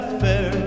fair